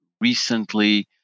recently